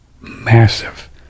massive